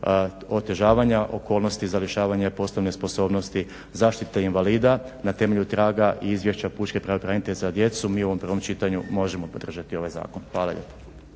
otežavanja okolnosti za lišavanje poslovne sposobnosti, zaštite invalida na temelju treba i izvješća Pučke pravobraniteljice za djecu, mi u ovom prvom čitanju možemo podržati ovaj zakon. Hvala lijepa.